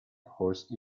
horse